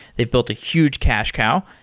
they built a huge cash cow.